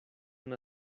una